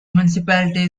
municipality